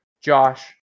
Josh